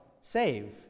save